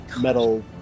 metal